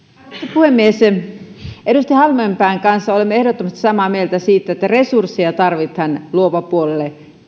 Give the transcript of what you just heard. puhemies edustaja halmeenpään kanssa olemme ehdottomasti samaa mieltä siitä että resursseja tarvitaan luova puolelle